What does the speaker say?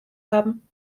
haben